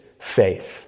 faith